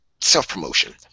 Self-promotion